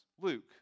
Luke